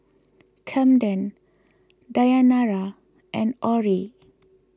Kamden Dayanara and Orrie